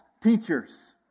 teachers